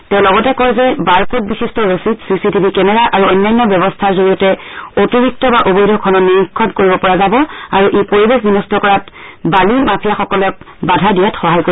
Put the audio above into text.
তেওঁ লগতে কয় যে বাৰ কৰ্ড বিশিষ্ট ৰচিদ C C T V camera আৰু অন্যান্য ব্যৱস্থাৰ জৰিয়তে অতিৰিক্ত বা অবৈধ খনন নিৰীক্ষণ কৰিব পৰা যাব আৰু ই পৰিৱেশ বিন্ট কৰাত বালি মাফিয়াসকলক বাধা দিয়াত সহায় কৰিব